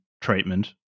treatment